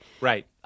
Right